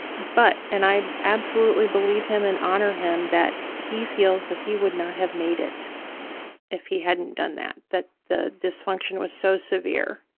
but, and i absolutely believe him and honor him that he feels that he would not have made it if he hadn't done that, that the dysfunction was so severe.